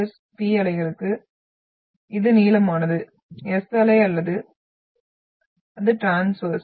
P அலைக்கு இது நீளமானது S அலை அது டிரான்ஸ்வெர்ஸ்